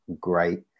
Great